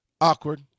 awkward